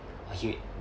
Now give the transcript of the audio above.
he